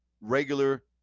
regular